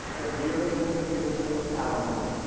the beautiful, beautiful alamo.